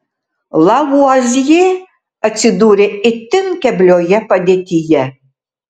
lavuazjė atsidūrė itin keblioje padėtyje